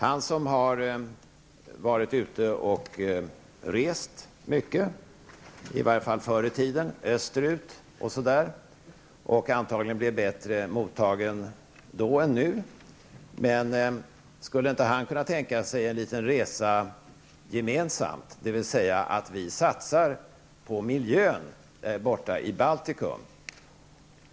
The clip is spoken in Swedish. Han som varit ute och rest mycket, i varje fall förr i tiden, österut osv., och antagligen blivit bättre mottagen då än nu -- skulle inte han kunna tänka sig en liten resa gemensamt och att vi satsade på miljön i Baltikum?